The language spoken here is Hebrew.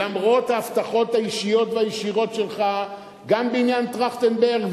למרות ההבטחות האישיות והישירות שלך גם בעניין טרכטנברג,